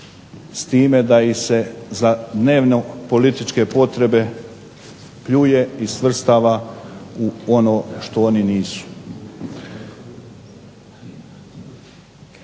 s time da ih se za dnevno političke potrebe pljuje i svrstava u ono što oni nisu.